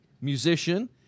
musician